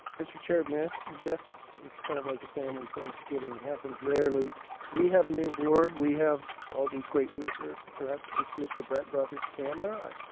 mr. chair may i suggest it's kind of like a family thanksgiving it happens rarely we have a new board we have all these great leaders here perhaps this mr. brett brought his camera.